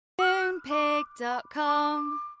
Moonpig.com